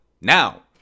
now